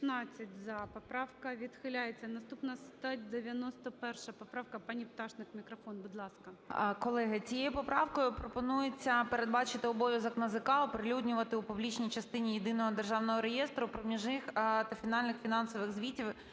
За-16 Поправка відхиляється. Наступна 191 поправка. Пані Пташник мікрофон, будь ласка.